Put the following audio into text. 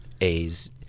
A's